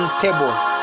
tables